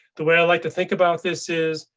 the way i like to think about this is,